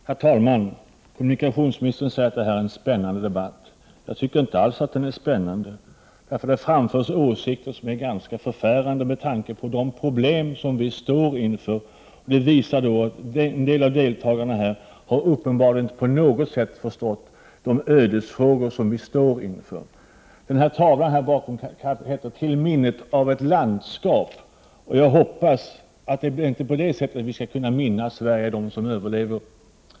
Herr talman! Kommunikationsministern säger att det här är en spännande debatt. Jag tycker inte alls att den är spännande. Det framförs nämligen åsikter som är ganska förfärande med tanke på de problem som vi står inför. Några av deltagarna i debatten har uppenbarligen inte alls förstått de ödesfrågor som vi står inför. Tavlan bakom talarstolen heter ”Minne av ett landskap”. Jag hoppas att det inte är på det sättet som de som överlever skall minnas Sverige.